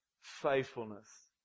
Faithfulness